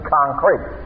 concrete